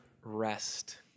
rest